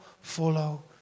follow